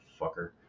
fucker